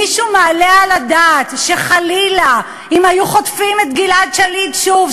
מישהו מעלה על הדעת שחלילה אם היו חוטפים את גלעד שליט שוב,